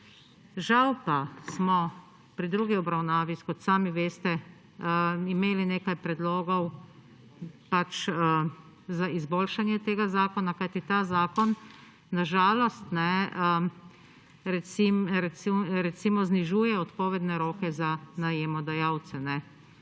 Žal pa smo pri drugi obravnavi kot sami veste imeli nekaj predlogov pač za izboljšanje tega zakona. Kajti ta zakon na žalost recimo znižuje odpovedne roke za najemodajalce.